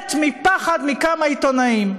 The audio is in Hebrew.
ומת מפחד מכמה עיתונאים.